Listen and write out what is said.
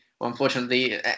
unfortunately